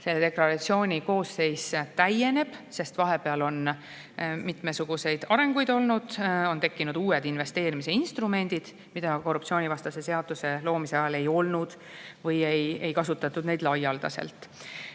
Selle deklaratsiooni koosseis täieneb, sest vahepeal on olnud mitmesuguseid arenguid. On tekkinud uued investeerimisinstrumendid, mida korruptsioonivastase seaduse loomise ajal ei olnud või ei kasutatud neid laialdaselt.